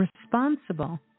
responsible